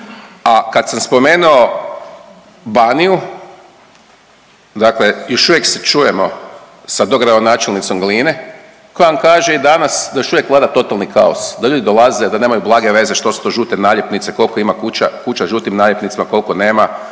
A kad sam spomenuo Baniju dakle još uvijek se čujemo sa dogradonačelnicom Gline koja nam kaže i danas da još uvijek vlada totalni kaos, da ljudi dolaze da nemaju blage veze što su to žute naljepnice, koliko ima kuća sa žutim naljepnicama, koliko nema,